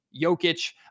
Jokic